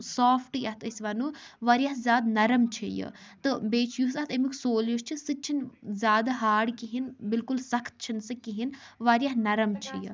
soft یتھ أسۍ وَنو واریاہ زیادٕ نرم چھُ یہِ تہٕ بیٚیہِ یُس اَتھ اَمیُک سول یُس چھُ سُہ تہِ چھُنہٕ زیادٕ ہاڈ کِہیٖنۍ بِلکُل سخت چھُنہٕ سُہ کِہیٖنۍ واریاہ نرم چھُ سُہ